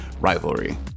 rivalry